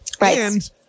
Right